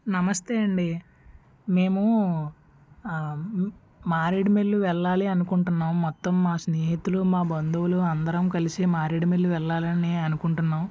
నమస్తే అండి మేము మారేడుమిల్లి వెళ్ళాలి అనుకుంటున్నాము మొత్తం మా స్నేహితులు మా బంధువులు అందరం కలిసి మారేడుమిల్లి వెళ్ళాలి అని అనుకుంటున్నాము